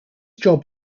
job